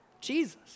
Jesus